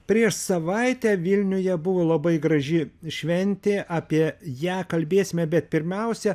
prieš savaitę vilniuje buvo labai graži šventė apie ją kalbėsime bet pirmiausia